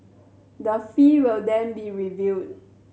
the fee will then be reviewed